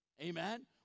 amen